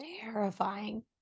terrifying